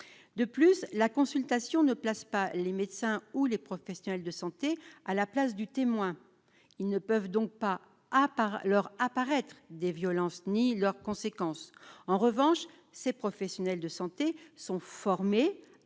de plus, la consultation ne place pas les médecins ou les professionnels de santé à la place du témoin, ils ne peuvent donc pas, à part leur apparaître des violences ni leurs conséquences, en revanche, ces professionnels de santé sont formés